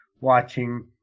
watching